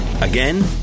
Again